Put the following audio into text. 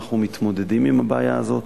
אנחנו מתמודדים עם הבעיה הזאת.